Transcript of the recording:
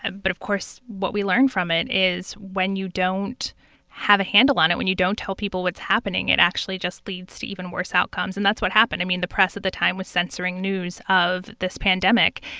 and but, of course, what we learn from it is, when you don't have a handle on it, when you don't tell people what's happening, it actually just leads to even worse outcomes. and that's what happened. i mean the press at the time was censoring news of this pandemic.